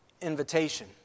invitation